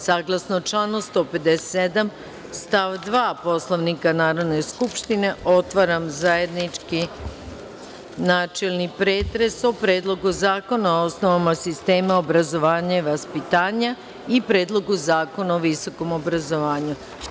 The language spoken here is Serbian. Saglasno članu 157. stav 2. Poslovnika Narodne skupštine, otvaram zajednički načelni pretres o Predlogu zakona o osnovama sistema obrazovanja i vaspitanja iPredlogu zakona o visokom obrazovanju.